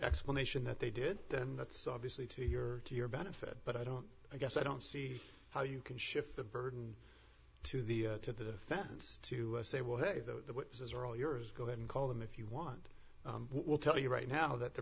explanation that they did then that's obviously to your to your benefit but i don't i guess i don't see how you can shift the burden to the to the defense to say well hey the witnesses are all yours go ahead and call them if you want we'll tell you right now that they're